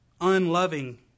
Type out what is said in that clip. unloving